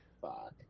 Fuck